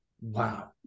wow